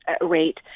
rate